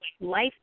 life